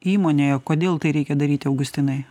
įmonėje kodėl tai reikia daryti augustinai